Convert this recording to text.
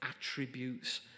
attributes